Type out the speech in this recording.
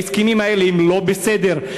ההסכמים האלה הם לא בסדר.